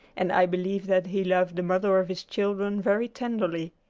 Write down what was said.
and i believe that he loved the mother of his children very tenderly.